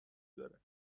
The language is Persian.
داره